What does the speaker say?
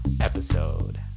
episode